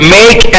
make